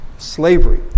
slavery